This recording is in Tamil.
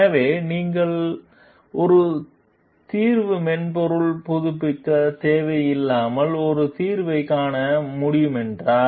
எனவே ஒரு தீர்வு மென்பொருள் புதுப்பிக்க தேவையில்லாமல் இது தீர்வைக் காண முடியும்மென்றால்